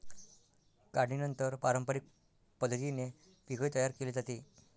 काढणीनंतर पारंपरिक पद्धतीने पीकही तयार केले जाते